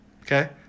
Okay